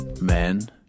Men